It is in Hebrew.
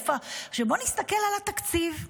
עכשיו, בוא נסתכל על התקציב,